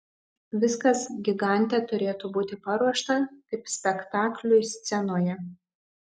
viskas gigante turėtų būti paruošta kaip spektakliui scenoje